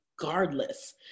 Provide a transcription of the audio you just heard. regardless